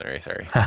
sorry